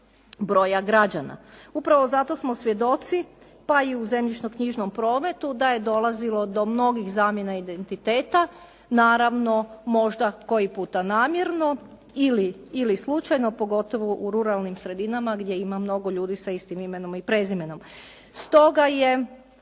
broja građana. Upravo zato smo svjedoci, pa i u zemljišno-knjižnom prometu da je dolazilo do mnogih zamjena identiteta naravno možda koji puta namjerno ili slučajno pogotovo u ruralnim sredinama gdje ima mnogo ljudi sa istim imenom i prezimenom. Stoga je